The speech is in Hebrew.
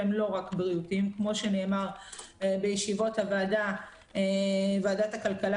והם לא רק בריאותיים כמו שנאמר בישיבות ועדת הכלכלה